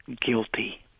Guilty